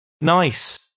Nice